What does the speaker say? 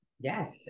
Yes